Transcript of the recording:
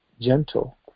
gentle